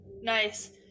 Nice